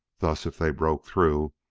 thus, if they broke through,